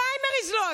פריימריז לא עשית.